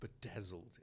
bedazzled